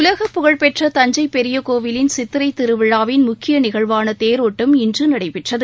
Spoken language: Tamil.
உலகப்புகழ் பெற்ற தஞ்சை பெரியகோவிலின் சித்திரை திருவிழாவின் முக்கிய நிகழ்வான தேரோட்டம் இன்று நடைபெற்றது